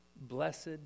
Blessed